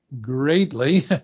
greatly